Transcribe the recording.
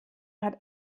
hat